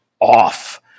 off